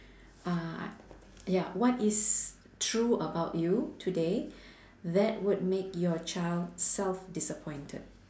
uh ya what is true about you today that would make your child self disappointed